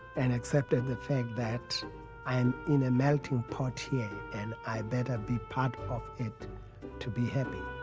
and accepted the fact that i am in a melting pot here, and i better be part of it to be happy.